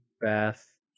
bath